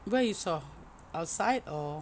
where you saw outside or